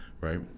right